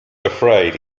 afraid